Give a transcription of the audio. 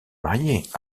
mariée